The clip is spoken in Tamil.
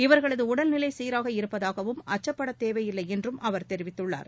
இவர்களது உடல்நிலை சீராக இருப்பதாகவும் அச்சுப்படத் தேவையில்லை என்றும் அவர் தெரிவித்தார்